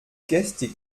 gestik